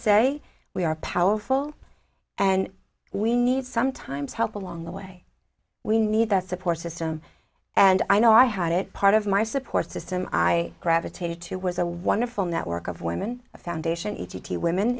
say we are powerful and we need sometimes help along the way we need that support system and i know i had it part of my support system i gravitated to was a wonderful network of women foundation